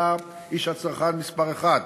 אתה איש הצרכן מספר אחת